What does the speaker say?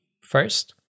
first